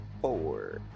Four